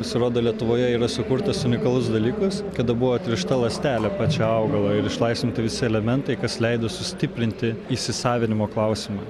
pasirodo lietuvoje yra sukurtas unikalus dalykas kada buvo atvežta ląstelė pačio augalo ir išlaisvinti visi elementai kas leido sustiprinti įsisavinimo klausimą